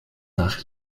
nach